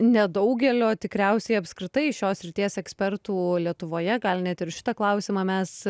nedaugelio tikriausiai apskritai šios srities ekspertų lietuvoje gal net ir šitą klausimą mes